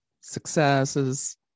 successes